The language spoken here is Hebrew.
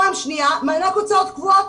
פעם שנייה מענק הוצאות קבועות.